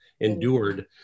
endured